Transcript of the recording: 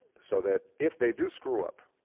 so that if they do screw up,